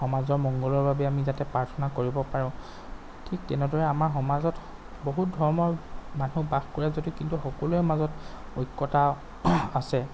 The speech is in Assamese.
সমাজৰ মংগলৰ বাবে আমি যাতে প্ৰাৰ্থনা কৰিব পাৰোঁ ঠিক তেনেদৰে আমাৰ সমাজত বহুত ধৰ্মৰ মানুহ বাস কৰে যদিও কিন্তু সকলোৰে মাজত ঐক্যতা আছে